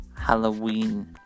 Halloween